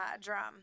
Drum